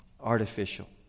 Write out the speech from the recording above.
artificial